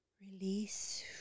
release